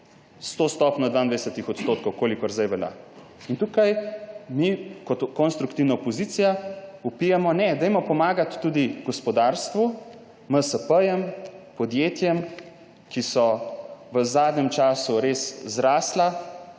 to stopnjo 22 %, kolikor zdaj velja. In tukaj mi kot konstruktivna opozicija vpijemo ne, dajmo pomagati tudi gospodarstvu, MSP, podjetjem, ki so v zadnjem času res zrasla.